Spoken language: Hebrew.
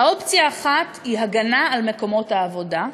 האופציה האחת היא הגנה על מקומות העבודה,